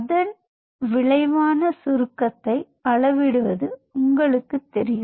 அதன் விளைவான சுருக்கத்தை அளவிடுவது உங்களுக்குத் தெரியும்